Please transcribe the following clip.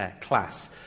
class